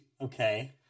Okay